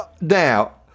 now